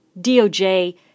DOJ